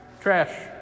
trash